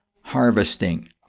harvesting